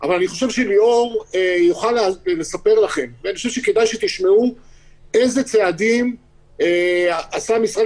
אבל אני חושב שליאור יכול לספר לכם איזה צעדים עשה המשרד